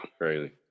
Crazy